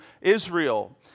Israel